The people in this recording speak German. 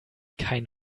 kein